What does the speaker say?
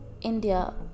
india